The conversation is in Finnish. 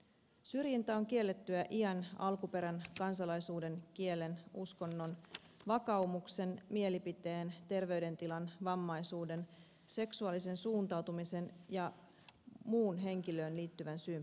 syrjintä on kiellettyä iän alkuperän kansalaisuuden kielen uskonnon vakaumuksen mielipiteen terveydentilan vammaisuuden seksuaalisen suuntautumisen ja muun henkilöön liittyvän syyn perusteella